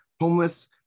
homeless